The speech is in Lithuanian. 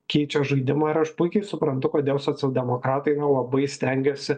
keičia žaidimą ir aš puikiai suprantu kodėl socialdemokratai na labai stengiasi